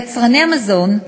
יצרני המזון,